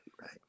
right